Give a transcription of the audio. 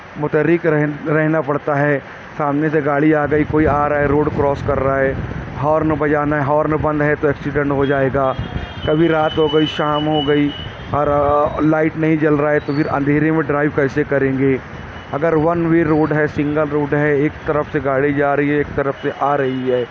متحرک رہنا پڑتا ہے سامنے سے گاڑی آ گئی کوئی آ رہا ہے روڈ کراس کر رہا ہے ہارن بجانا ہے ہارن بند ہے تو اکسیڈنٹ ہو جائے گا کبھی رات ہو گئی کبھی شام ہو گئی اور لائٹ نہیں جل رہا ہے تو پھر اندھیرے میں ڈرائیو کیسے کریں گے اگر ون وے روڈ ہے سنگل روڈ ہے ایک طرف سے گاڑی جا رہی ہے ایک طرف سے آ رہی ہے